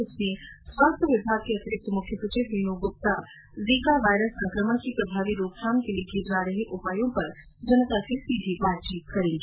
जिसमें स्वास्थ्य विभाग की अतिरिक्त मुख्य सचिव वीनू गुप्ता जीका वायरस संक्रमण की प्रभावी रोकथाम के लिए किए जा रहे उपायो पर जनता से सीधी बातचीत करेगी